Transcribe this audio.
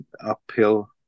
uphill